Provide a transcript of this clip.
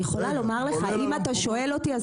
אני יכולה לומר לך אם אתה שואל אותי,